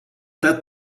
that